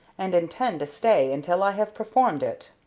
and intend to stay until i have performed it.